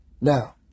Now